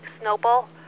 snowball